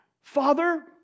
father